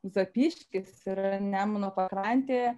zapyškis yra nemuno pakrantėje